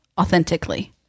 authentically